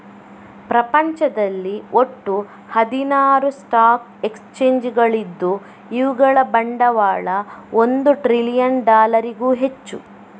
ಪ್ರಪಂಚದಲ್ಲಿ ಒಟ್ಟು ಹದಿನಾರು ಸ್ಟಾಕ್ ಎಕ್ಸ್ಚೇಂಜುಗಳಿದ್ದು ಇವುಗಳ ಬಂಡವಾಳ ಒಂದು ಟ್ರಿಲಿಯನ್ ಡಾಲರಿಗೂ ಹೆಚ್ಚು